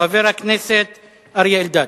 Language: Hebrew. חבר הכנסת אריה אלדד.